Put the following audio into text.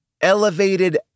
elevated